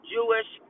Jewish